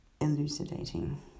elucidating